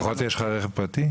לפחות יש לך רכב פרטי?